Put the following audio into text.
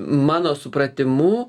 mano supratimu